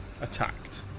attacked